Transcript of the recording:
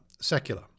secular